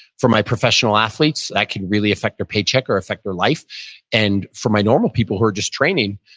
for my professional athletes, that could really affect their paycheck or affect their life and for my normal people who are just training,